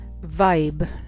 vibe